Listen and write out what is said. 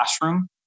classroom